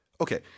Okay